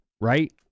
right